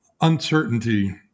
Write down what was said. uncertainty